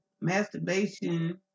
Masturbation